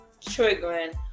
triggering